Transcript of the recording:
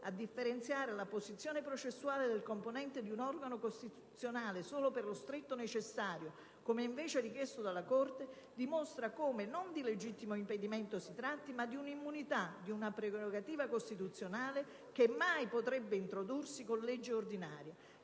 a differenziare «la posizione processuale del componente di un organo costituzionale solo per lo stretto necessario» - come invece richiesto dalla Corte - dimostra come non di legittimo impedimento si tratti, ma di un'immunità, di una prerogativa costituzionale che mai potrebbe introdursi con legge ordinaria.